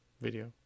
video